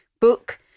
book